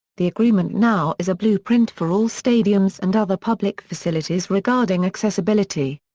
the agreement now is a blueprint for all stadiums and other public facilities regarding accessibility.